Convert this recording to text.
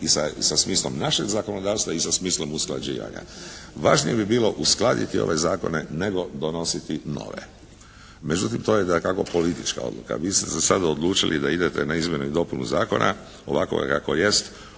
i sa smislom našeg zakonodavstva i sa smislom usklađivanja. Važnije bi bilo uskladiti ove zakone nego donositi nove. Međutim to je dakako politička odluka. Vi ste se za sada odlučili da idete na izmjenu i dopunu zakona ovakvoga kako jest,